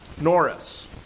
Norris